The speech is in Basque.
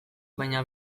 baina